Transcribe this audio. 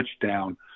touchdown